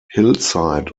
hillside